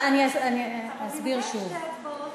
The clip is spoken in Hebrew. אני אסביר שוב.